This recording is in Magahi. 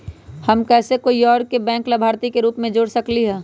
हम कैसे कोई और के बैंक लाभार्थी के रूप में जोर सकली ह?